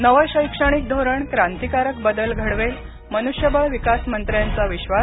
नवं शैक्षणिक धोरण क्रांतीकारक बदल घडवेल मनूष्यबळ विकास मंत्र्यांचा विश्वास